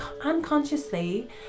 unconsciously